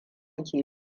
ke